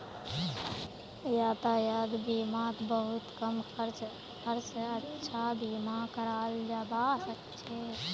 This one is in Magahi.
यातायात बीमात बहुत कम खर्चत अच्छा बीमा कराल जबा सके छै